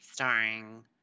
Starring